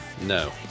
No